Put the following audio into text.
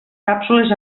càpsules